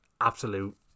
absolute